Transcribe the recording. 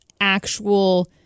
actual